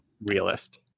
realist